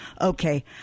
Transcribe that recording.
Okay